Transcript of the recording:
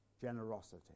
generosity